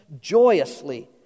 joyously